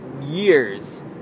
Years